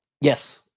yes